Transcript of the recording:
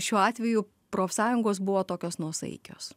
šiuo atveju profsąjungos buvo tokios nuosaikios